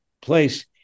place